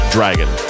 Dragon